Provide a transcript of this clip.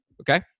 Okay